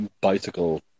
bicycle